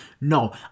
No